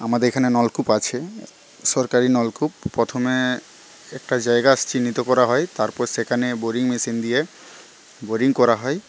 আমাদের এখানে নলকূপ আছে সরকারি নলকূপ প্রথমে একটা জায়গা চিহ্নিত করা হয় তারপর সেখানে বোরিং মেশিন দিয়ে বোরিং করা হয়